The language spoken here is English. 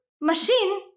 Machine